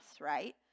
right